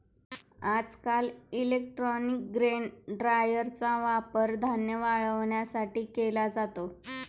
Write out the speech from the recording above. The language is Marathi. आजकाल इलेक्ट्रॉनिक ग्रेन ड्रायरचा वापर धान्य वाळवण्यासाठी केला जातो